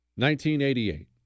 1988